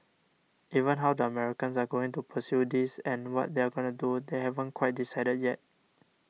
even how the Americans are going to pursue this and what they're going to do they haven't quite decided yet